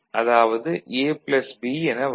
அதாவது A B என வரும்